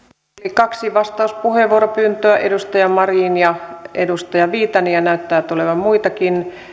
kaksi vastauspuheenvuoropyyntöä edustaja marinilla ja edustaja viitasella ja näyttää tulevan muitakin